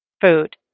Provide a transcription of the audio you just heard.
food